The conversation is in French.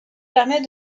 permet